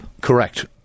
Correct